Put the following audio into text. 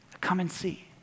come-and-see